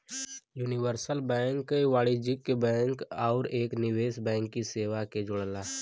universal bank वाणिज्यिक bank आउर एक निवेश बैंक की सेवा के जोड़ला